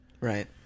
Right